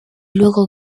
luego